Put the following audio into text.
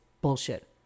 bullshit